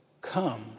Come